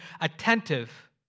attentive